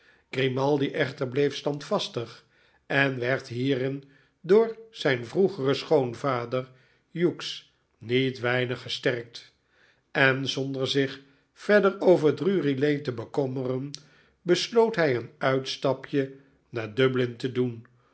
grimaldi echter bleef standvastig en werd hierin door zijn vroegeren schoonvader hughes niet weinig gesterkt en zonder zich verder over drury-lane tebekommeren besloot hij een uitstapje naar dublin te doen